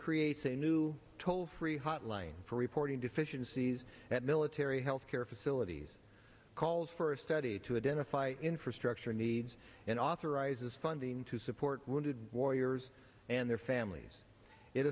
creates a new toll free hotline for reporting deficiencies at military health care facilities calls for a study to identify infrastructure needs and authorizes funding to support wounded warriors and their families it